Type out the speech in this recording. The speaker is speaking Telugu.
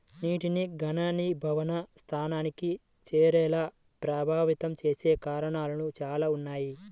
నీటిని ఘనీభవన స్థానానికి చేరేలా ప్రభావితం చేసే కారణాలు చాలా ఉన్నాయి